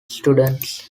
students